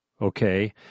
okay